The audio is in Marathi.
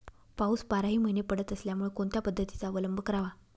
पाऊस बाराही महिने पडत असल्यामुळे कोणत्या पद्धतीचा अवलंब करावा?